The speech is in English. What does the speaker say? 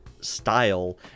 style